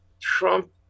Trump